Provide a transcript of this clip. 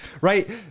right